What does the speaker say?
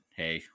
hey